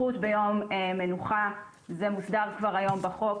זכות ביום מנוחה, זה מוסדר כבר היום בחוק.